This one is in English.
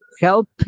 help